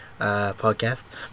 podcast